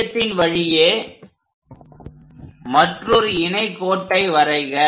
மையத்தின் வழியே மற்றொரு இணை கோட்டை வரைக